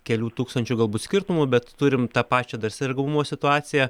kelių tūkstančių galbūt skirtumu bet turim tą pačią dar sergamumo situaciją